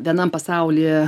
vienam pasaulyje